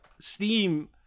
steam